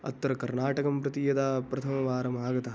अत्र कर्नाटकं प्रति यदा प्रथमवारम् आगतः